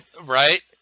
right